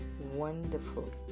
Wonderful